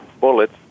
bullets